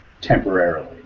temporarily